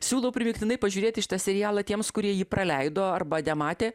siūlau primygtinai pažiūrėti šitą serialą tiems kurie jį praleido arba nematė